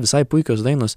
visai puikios dainos